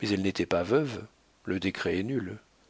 mais elle n'était pas veuve le décret est nul